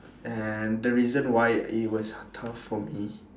and the reason why it was tough for me